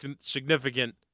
significant